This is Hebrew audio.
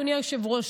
אדוני היושב-ראש,